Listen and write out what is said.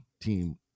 team